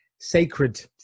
sacred